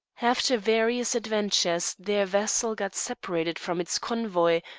after various adventures their vessel got separated from its convoy,